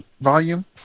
volume